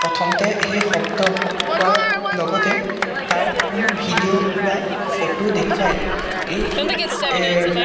প্ৰথমতে সেই শব্দ কোৱাৰ লগতে তাৰ কোনো ভিডিঅ' বা ফটো দেখুৱাই এই